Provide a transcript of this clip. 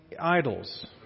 idols